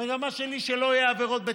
המגמה שלי, שלא יהיו עבירות בטיחות.